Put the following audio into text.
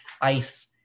ICE